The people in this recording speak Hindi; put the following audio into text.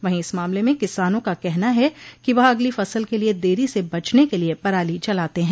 वहीं इस मामले में किसानों का कहना है कि वह अगली फसल के लिये देरी से बचने के लिये पराली जलाते हैं